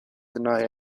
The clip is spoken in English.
deny